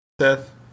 Seth